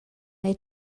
neu